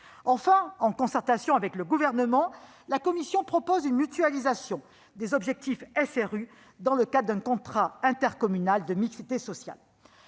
Enfin, en concertation avec le Gouvernement, la commission propose une mutualisation des objectifs SRU dans le cadre d'un contrat intercommunal de mixité sociale.